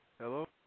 Hello